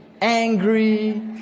Angry